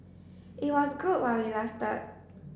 it was good while it lasted